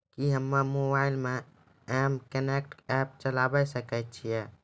कि हम्मे मोबाइल मे एम कनेक्ट एप्प चलाबय सकै छियै?